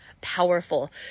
powerful